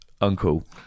uncle